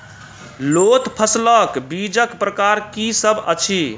लोत फसलक बीजक प्रकार की सब अछि?